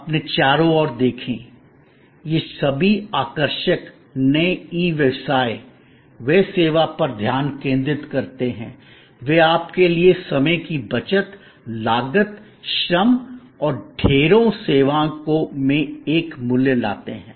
अपने चारों ओर देखें ये सभी आकर्षक नए ई व्यवसाय वे सेवा पर ध्यान केंद्रित करते हैं वे आपके लिए समय की बचत लागत श्रम और ढेरों सेवाओं में एक मूल्य लाते हैं